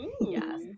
yes